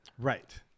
right